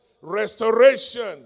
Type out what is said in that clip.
restoration